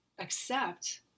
accept